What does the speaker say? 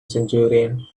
centurion